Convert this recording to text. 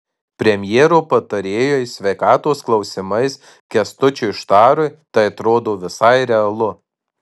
premjero patarėjui sveikatos klausimais kęstučiui štarui tai atrodo visai realu